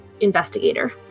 investigator